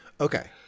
Okay